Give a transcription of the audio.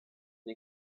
den